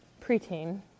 Preteen